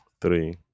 Three